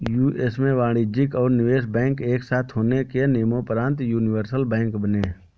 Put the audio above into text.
US में वाणिज्यिक और निवेश बैंक एक साथ होने के नियम़ोंपरान्त यूनिवर्सल बैंक बने